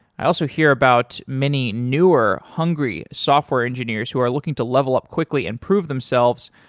i also hear about many newer hungry software engineers who are looking to level up quickly and prove themselves,